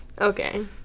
okay